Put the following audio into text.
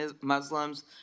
Muslims